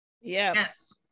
Yes